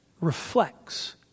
reflects